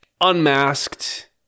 unmasked